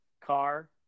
car